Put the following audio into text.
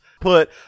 put